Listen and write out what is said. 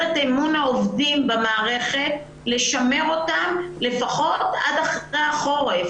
את אמון העובדים במערכת ולשמר אותם לפחות עד אחרי החורף.